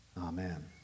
Amen